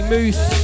Moose